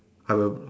I will